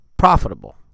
profitable